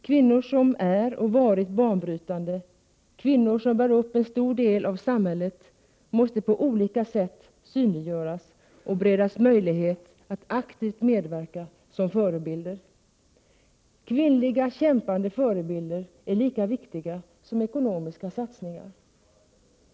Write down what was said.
Kvinnor som är och har varit banbrytande, kvinnor som bär upp en stor del av samhället måste på olika 118 sätt synliggöras och beredas möjlighet att aktivt medverka som förebilder. Kvinnliga kämpande förebilder är lika viktiga som ekonomiska satsningar.